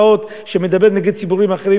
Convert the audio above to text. שמדבר נגד ציבורים אחרים,